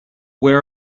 where